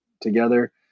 together